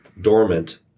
dormant